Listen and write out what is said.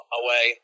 away